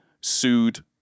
sued